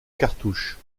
cartouches